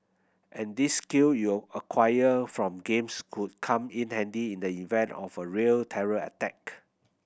and these skill you acquired from games could come in handy in the event of a real terror attack